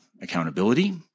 accountability